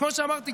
כמו שאמרתי,